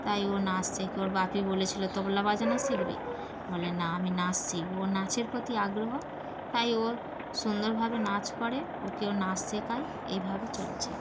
তাই ও নাচ শেখে ওর বাপি বলেছিল তোবলা বাজানো শিখবি বলে না আমি নাচ শিখব ও নাচের প্রতি আগ্রহ তাই ও সুন্দরভাবে নাচ করে ওকেও নাচ শেখায় এইভাবে চলছে